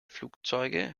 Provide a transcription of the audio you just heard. flugzeuge